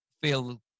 feel